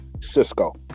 cisco